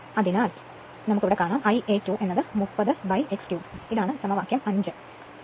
അതിനാൽ Ia 2 30 x cube ഇത് സമവാക്യം 5 ആണ്